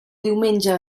diumenge